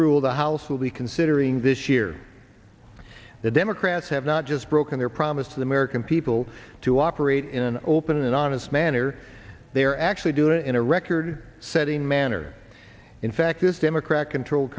rule the house will be considering this year the democrats have not just broken their promise to the american people to operate in an open and honest manner they are actually doing it in a record setting manner in fact this democrat controlled